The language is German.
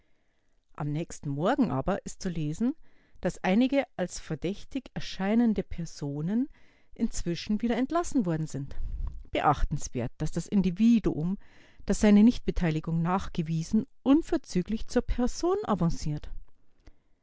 am nächsten morgen aber ist zu lesen daß einige als verdächtig erscheinende personen inzwischen wieder entlassen worden sind beachtenswert daß das individuum das seine nichtbeteiligung nachgewiesen unverzüglich zur person avanciert